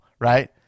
Right